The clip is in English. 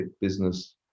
business